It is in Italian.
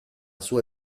sua